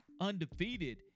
undefeated